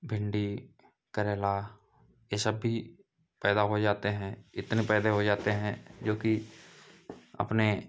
भिन्डी करैला यह सब भी पैदा हो जाते हैं इतने पैदा हो जाते हैं जोकि अपने